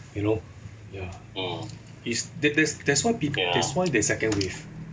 you know ya is tha~ tha~ that's why there's second wave